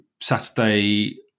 Saturday